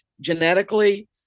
genetically